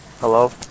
Hello